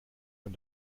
von